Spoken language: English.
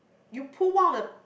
you pull one of the